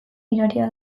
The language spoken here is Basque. miraria